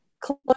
close